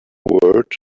word